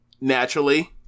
naturally